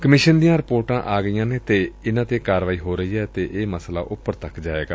commission ਦੀਆ ਰਿਪੋਰਟਾ ਆ ਗਈਆ ਨੇ ਅਤੇ ਇਨੂਾ ਤੇ ਕਾਰਵਾਈ ਹੋ ਰਹੀ ਏ ਅਤੇ ਇਹ ਮਸਲਾ ਉਪਰ ਤੱਕ ਜਾਏਗਾ